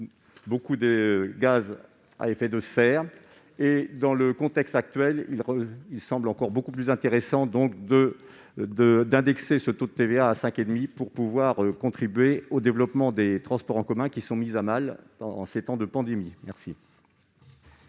de gaz à effet de serre. Dans le contexte actuel, il semble encore beaucoup plus intéressant de ramener le taux de TVA à 5,5 % pour contribuer au développement des transports en commun, qui sont mis à mal en ces temps de pandémie. La